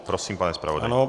Prosím, pane zpravodaji.